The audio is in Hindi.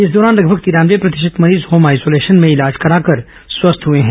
इस दौरान लगभग तिरानवे प्रतिशत मरीज होम आइसोलेशन में इलाज कराकर स्वस्थ हुए हैं